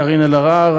קארין אלהרר,